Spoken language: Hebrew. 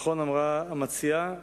נכון אמרה המציעה,